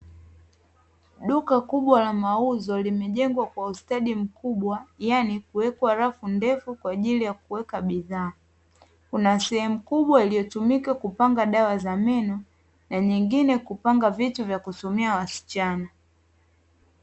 Duka kubwa la mauzo limejengwa kwa rafu ndefu kwa ajili ya kuweka bidhaa, kuna sehemu kubwa iliyotumika kupanga dawa ya meno na sehemu zingine kupanga vitu vya kutumia wasichana.